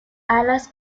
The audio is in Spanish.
alas